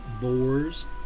boars